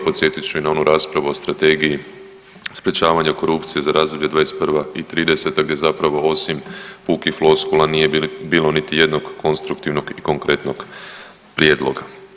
Podsjetit ću i na onu raspravu o strategiji sprječavanja korupcije za razdoblje '21.-'30. gdje zapravo osim pukih floskula nije bilo niti jednog konstruktivnog i konkretnog prijedloga.